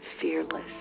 fearless